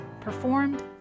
performed